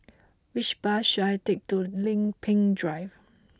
which bus should I take to Lempeng Drive